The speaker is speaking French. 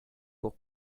pour